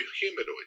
humanoid